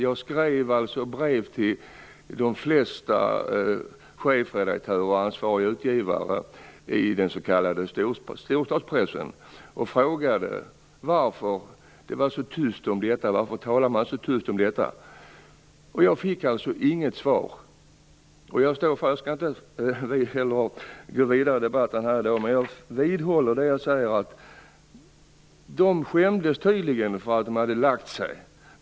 Jag skrev alltså brev till de flesta chefredaktörer och ansvariga utgivare i den s.k. storstadspressen och frågade varför det var så tyst om detta. Jag fick inget svar. Jag vill betona det jag sade i mitt första inlägg, att det är förvånansvärt. Jag vidhåller att de tydligen skämdes för att de hade lagt sig.